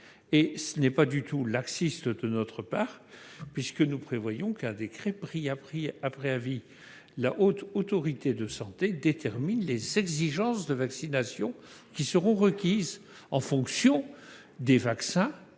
n'est pas du tout laxiste. Nous prévoyons qu'un décret pris après avis de la Haute Autorité de santé détermine les exigences de vaccination qui seront requises en fonction des vaccins